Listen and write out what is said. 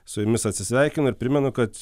su jumis atsisveikinu ir primenu kad